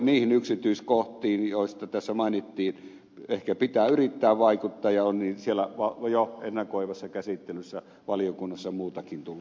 niihin yksityiskohtiin joista tässä mainittiin ehkä pitää yrittää vaikuttaa ja on siellä jo ennakoivassa käsittelyssä valiokunnassa muutakintun